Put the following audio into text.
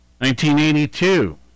1982